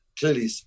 clearly